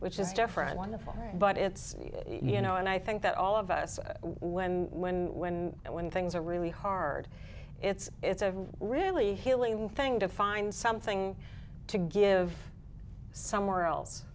which is different wonderful but it's you know and i think that all of us when when when and when things are really hard it's it's a really healing thing to find something to give somewhere else